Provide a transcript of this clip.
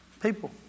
people